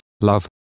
love